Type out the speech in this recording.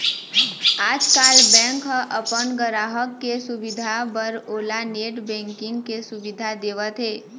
आजकाल बेंक ह अपन गराहक के सुबिधा बर ओला नेट बैंकिंग के सुबिधा देवत हे